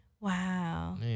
wow